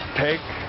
take